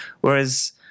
Whereas